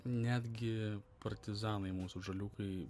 netgi partizanai mūsų žaliūkai